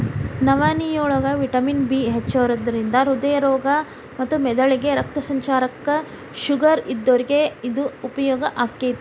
ನವನಿಯೋಳಗ vitamin B ಹೆಚ್ಚಿರೋದ್ರಿಂದ ಹೃದ್ರೋಗ ಮತ್ತ ಮೆದಳಿಗೆ ರಕ್ತ ಸಂಚಾರಕ್ಕ, ಶುಗರ್ ಇದ್ದೋರಿಗೆ ಇದು ಉಪಯೋಗ ಆಕ್ಕೆತಿ